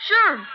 Sure